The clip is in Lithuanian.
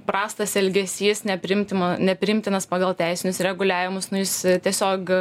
prastas elgesys nepriimtima nepriimtinas pagal teisinius reguliavimus nu jis tiesiog